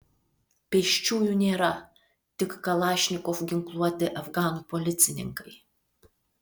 pėsčiųjų nėra tik kalašnikov ginkluoti afganų policininkai